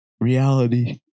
reality